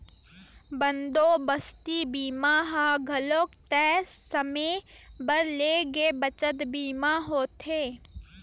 बंदोबस्ती बीमा ह घलोक तय समे बर ले गे बचत बीमा होथे